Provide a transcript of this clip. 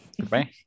Goodbye